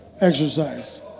exercise